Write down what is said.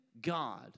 God